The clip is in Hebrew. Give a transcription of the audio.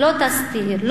לא יסתירו,